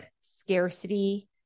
scarcity